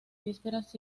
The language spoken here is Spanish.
vísperas